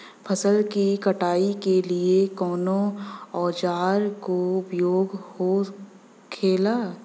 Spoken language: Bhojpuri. फसल की कटाई के लिए कवने औजार को उपयोग हो खेला?